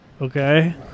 Okay